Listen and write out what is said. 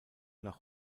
nach